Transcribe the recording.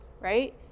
right